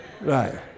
Right